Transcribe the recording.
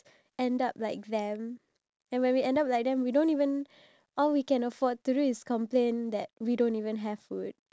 then wouldn't you want to change your perception about you receiving food everyday here in singapore